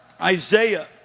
Isaiah